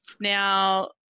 Now